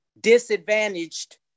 disadvantaged